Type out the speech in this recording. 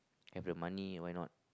if you have money why not